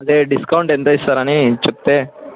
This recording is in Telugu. అదే డిస్కౌంట్ ఎంత ఇస్తారు అని చెప్తే